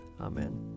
Amen